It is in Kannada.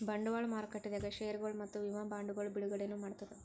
ಬಂಡವಾಳ್ ಮಾರುಕಟ್ಟೆದಾಗ್ ಷೇರ್ಗೊಳ್ ಮತ್ತ್ ವಿಮಾ ಬಾಂಡ್ಗೊಳ್ ಬಿಡುಗಡೆನೂ ಮಾಡ್ತದ್